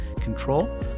control